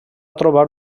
trobar